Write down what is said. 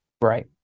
right